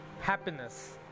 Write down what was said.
Happiness